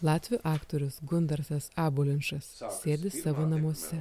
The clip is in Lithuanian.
latvių aktorius gundarsas abulinčas sėdi savo namuose